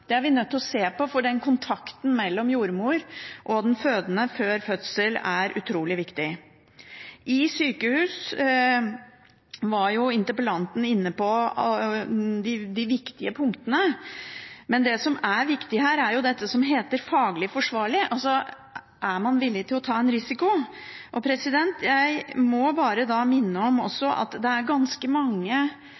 Det er vi nødt til å se på, for kontakten mellom jordmor og den fødende før fødsel er utrolig viktig. Når det gjelder sykehus, var interpellanten inne på de viktige punktene, men det som også er viktig her, er dette som heter «faglig forsvarlig», altså om man er villig til å ta en risiko. Jeg må da minne om